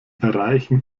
erreichen